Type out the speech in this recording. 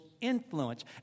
influence